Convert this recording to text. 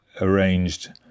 arranged